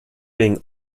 being